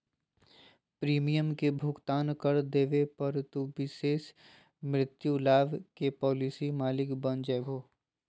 premium के भुगतान कर देवे पर, तू विशेष मृत्यु लाभ के पॉलिसी मालिक बन जैभो